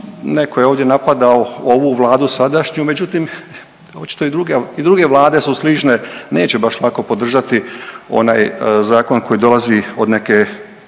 netko je ovdje napadao ovu Vladu sadašnju, međutim, očito i druge vlade su slične, neće baš lako podržati onaj zakon koji dolazi od neke